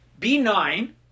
B9